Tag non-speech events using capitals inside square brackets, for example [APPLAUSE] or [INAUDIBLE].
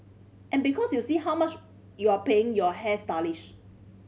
and because you see how much you're paying your [UNINTELLIGIBLE]